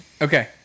Okay